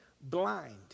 blind